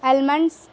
almonds